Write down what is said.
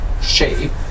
Shape